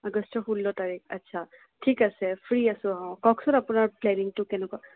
আগষ্টৰ ষোল্ল তাৰিখ আচ্ছা ঠিক আছে ফ্ৰি আছোঁ অঁ কওকচোন আপোনাৰ প্লেনিংটো কেনেকুৱা